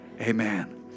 amen